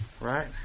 right